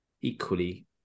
equally